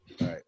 Right